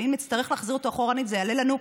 ואם נצטרך להחזיר אותו אחורנית, זה יעלה לנו,